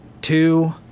Two